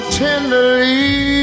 tenderly